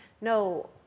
no